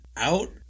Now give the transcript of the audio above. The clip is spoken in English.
Out